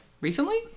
recently